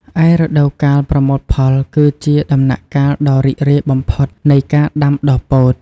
ឯរដូវកាលប្រមូលផលគឺជាដំណាក់កាលដ៏រីករាយបំផុតនៃការដាំដុះពោត។